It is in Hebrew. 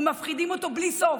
ומפחידים אותו בלי סוף.